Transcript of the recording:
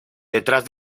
detrás